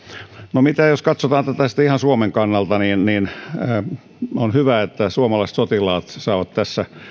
no mitä jos katsotaan tätä sitten ihan suomen kannalta on hyvä että suomalaiset sotilaat saavat tässä